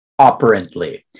operantly